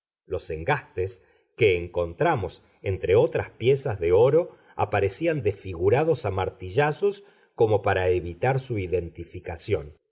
los engastes que encontramos entre otras piezas de oro aparecían desfigurados a martillazos como para evitar su identificación